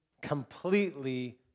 completely